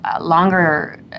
longer